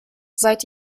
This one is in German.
seit